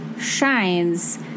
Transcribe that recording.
shines